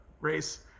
race